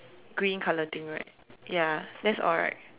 green color thing right ya that's all right